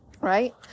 Right